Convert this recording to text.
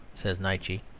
said nietzsche.